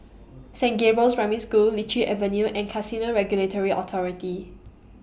Saint Gabriel's Primary School Lichi Avenue and Casino Regulatory Authority